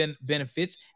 benefits